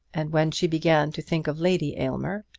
and when she began to think of lady aylmer,